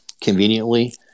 conveniently